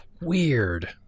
Weird